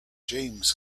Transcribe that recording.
james